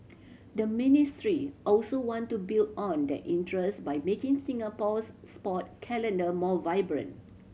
the ministry also want to build on that interest by making Singapore's sport calendar more vibrant